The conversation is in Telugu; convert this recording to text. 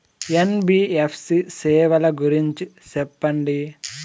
ఎన్.బి.ఎఫ్.సి సేవల గురించి సెప్పండి?